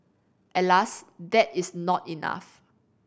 alas that is not enough